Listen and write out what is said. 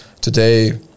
today